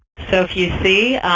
so if you see,